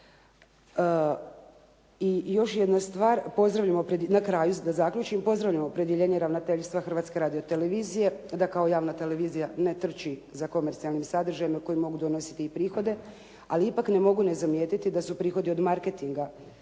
I još jedna stvar. Na kraju da zaključim, pozdravljam opredjeljenje ravnateljstva Hrvatske radiotelevizije da kao javna televizije ne trči za komercijalnim sadržajima koji mogu donositi i prihode, ali ipak ne mogu ne zamijetiti da su prihodi od marketinga